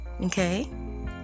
Okay